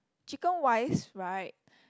chicken wise right